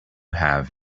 have